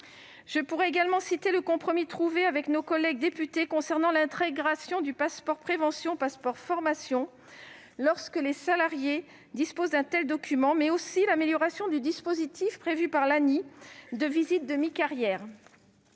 Je pourrais également citer le compromis trouvé avec nos collègues députés concernant l'intégration du passeport de prévention au passeport de formation, lorsque les salariés disposent d'un tel document, mais aussi l'amélioration du dispositif de visite de mi-carrière